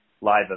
Live